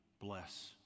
bless